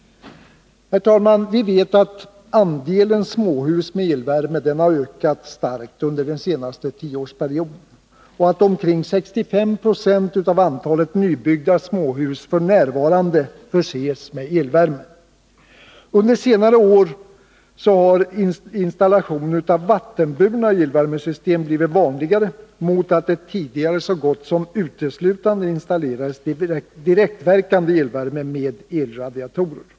Herr talman! Vi vet att andelen småhus med elvärme har ökat starkt under den senaste tioårsperioden och att omkring 65 76 av antalet nybyggda småhus f.n. förses med elvärme. Under senare år har installation av vattenburna elvärmesystem blivit vanligare, mot att det tidigare så gott som uteslutande installerades direktverkande elvärme med elradiatorer.